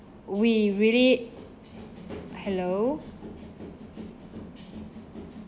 we really hello